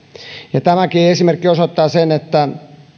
tämäkin esimerkki osoittaa sen että